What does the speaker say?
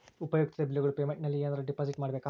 ಉಪಯುಕ್ತತೆ ಬಿಲ್ಲುಗಳ ಪೇಮೆಂಟ್ ನಲ್ಲಿ ಏನಾದರೂ ಡಿಪಾಸಿಟ್ ಮಾಡಬೇಕಾ?